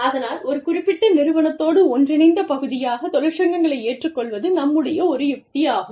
அதனால் ஒரு குறிப்பிட்ட நிறுவனத்தோடு ஒன்றிணைந்த பகுதியாக தொழிற்சங்கங்களை ஏற்றுக்கொள்வது நம்முடைய ஒரு யுக்தியாகும்